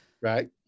Right